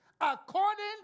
according